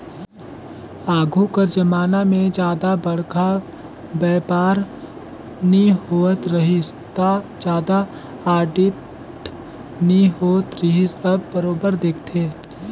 आघु कर जमाना में जादा बड़खा बयपार नी होवत रहिस ता जादा आडिट नी होत रिहिस अब बरोबर देखथे